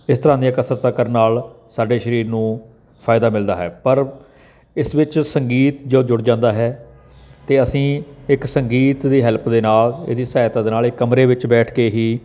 ਇਸ ਤਰ੍ਹਾਂ ਦੀਆਂ ਕਸਰਤਾਂ ਕਰਨ ਨਾਲ ਸਾਡੇ ਸਰੀਰ ਨੂੰ ਫਾਇਦਾ ਮਿਲਦਾ ਹੈ ਪਰ ਇਸ ਵਿੱਚ ਸੰਗੀਤ ਜਦ ਜੁੜ ਜਾਂਦਾ ਹੈ ਤਾਂ ਅਸੀਂ ਇੱਕ ਸੰਗੀਤ ਦੀ ਹੈਲਪ ਦੇ ਨਾਲ ਇਹਦੀ ਸਹਾਇਤਾ ਦੇ ਨਾਲ ਇਹ ਕਮਰੇ ਵਿੱਚ ਬੈਠ ਕੇ ਹੀ